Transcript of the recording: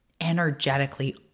energetically